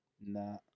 Nah